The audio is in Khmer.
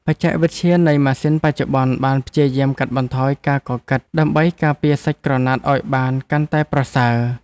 បច្ចេកវិទ្យានៃម៉ាស៊ីនបច្ចុប្បន្នបានព្យាយាមកាត់បន្ថយការកកិតដើម្បីការពារសាច់ក្រណាត់ឱ្យបានកាន់តែប្រសើរ។